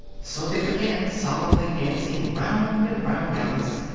so they began solemnly dancing round and round alice,